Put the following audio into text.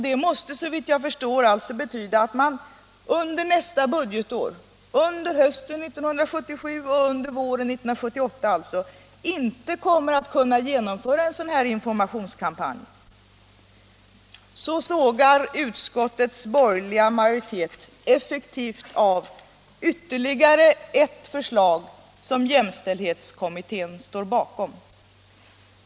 Det måste såvitt jag förstår betyda att man under nästa budgetår — alltså under hösten 1977 och våren 1978 — inte kommer att kunna genomföra en sådan här informationskampanj. Så sågar utskottets borgerliga majoritet effektivt av ytterligare ett förslag som jämställdhetskommittén står bakom.